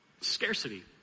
scarcity